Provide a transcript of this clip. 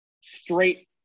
straight